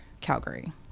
Calgary